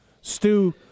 Stu